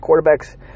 Quarterbacks